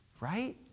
right